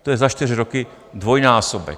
To je za čtyři roky dvojnásobek.